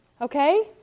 Okay